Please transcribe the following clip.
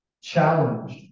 Challenged